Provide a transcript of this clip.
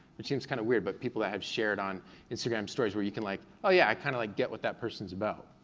which seems kinda weird, but people i had shared on instagram stories where you can like, oh, yeah, i kind of like get what that person's about.